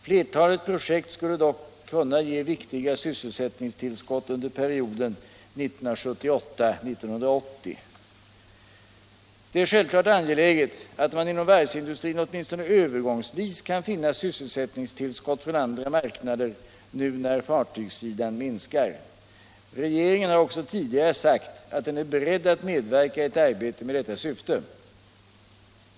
Flertalet projekt skulle dock kunna ge viktiga sysselsättningstillskott under perioden 1978-1980. Det är självklart angeläget att man inom. varvsindustrin åtminstone övergångsvis kan finna sysselsättningstillskott från andra marknader nu när fartygsbeställningarna minskar. Regeringen har också tidigare sagt att den är beredd att medverka i ett arbete med detta syfte.